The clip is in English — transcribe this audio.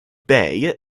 bay